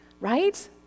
right